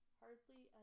hardly